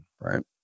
right